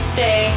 Stay